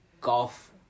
golf